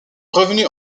revenu